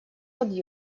под